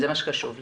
זה מה שחשוב לי.